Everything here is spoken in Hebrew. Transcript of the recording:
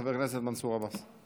חבר הכנסת מנסור עבאס.